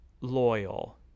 loyal